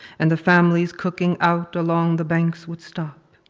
and the family's cooking out along the banks would stop.